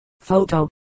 Photo